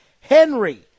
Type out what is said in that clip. Henry